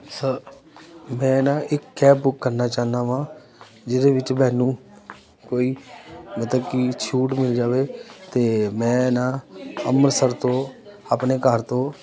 sir ਮੈਂ ਨਾ ਇੱਕ ਕੈਬ ਬੁੱਕ ਕਰਨਾ ਚਾਹੁੰਦਾ ਹਾਂ ਜਿਹਦੇ ਵਿੱਚ ਮੈਨੂੰ ਕੋਈ ਮਤਲਬ ਕਿ ਛੂਟ ਮਿਲ ਜਾਵੇ ਅਤੇ ਮੈਂ ਨਾ ਅੰਮ੍ਰਿਤਸਰ ਤੋਂ ਆਪਣੇ ਘਰ ਤੋਂ